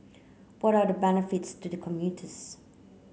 what are the benefits to the commuters